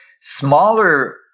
smaller